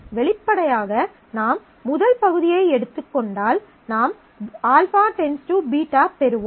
வெளிப்படையாக நாம் முதல் பகுதியை எடுத்துக் கொண்டால் நாம் α → β பெறுவோம்